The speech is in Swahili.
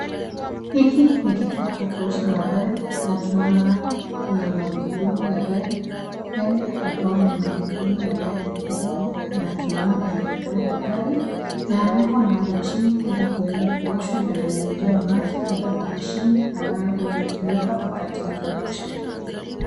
Hiki ni kituo cha kuosha magari na tunaona hapa kuna magurudumu ya gari, huenda yakawa ni magurudumu ya gari ndogondogo, na tunaona yametolewa kwa gari na yamewekwa mahali chini, ili kuweza kuoshwa, yana nyunyiziwa maji kutoka kwa mashini ambayo huwa inatumika wakati mtu anaosha gari.